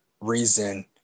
reason